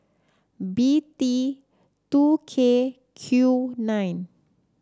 B T two K Q nine